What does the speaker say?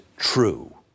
true